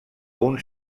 uns